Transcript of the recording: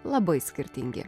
labai skirtingi